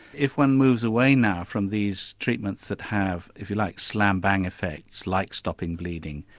if one moves away now from these treatments that have, if you like, slam bang effects like stopping bleeding,